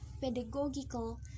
pedagogical